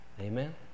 Amen